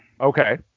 Okay